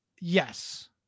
yes